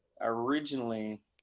originally